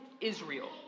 Israel